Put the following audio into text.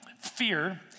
fear